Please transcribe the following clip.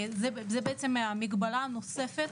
זו בעצם מגבלה נוספת,